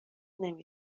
نمی